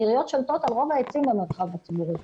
העיריות שולטות על רוב העצים במרחב הציבורי.